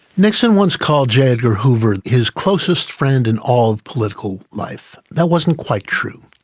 nixon once called j edgar hoover his closest friend in all of political life. that wasn't quite true.